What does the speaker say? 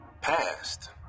past